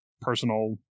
personal